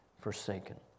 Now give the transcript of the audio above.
forsaken